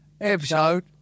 episode